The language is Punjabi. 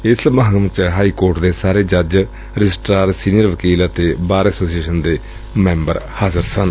ਏਸ ਸਮਾਗਮ ਚ ਹਾਈ ਕੋਰਟ ਦੇ ਸਾਰੇ ਜੱਜ ਰਜਿਸਟਰਾਰ ਸੀਨੀਅਰ ਵਕੀਲ ਅਤੇ ਬਾਰ ਐਸੋਸੀਏਸ਼ਨ ਦੇ ਸਾਰੇ ਮੈਂਬਰ ਹਾਜ਼ਰ ਸਨ